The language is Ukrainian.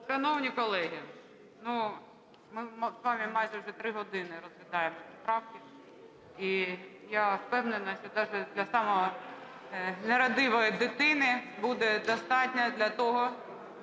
Шановні колеги, ну ми з вами майже вже три години розглядаємо правки, і я впевнена, що навіть для самої нерадивої дитини буде достатньо для того,